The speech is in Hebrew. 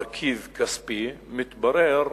מרכיב כספי, מתברר